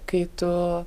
kai tu